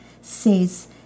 says